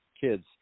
kids